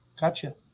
Gotcha